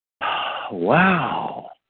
Wow